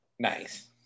Nice